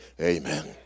amen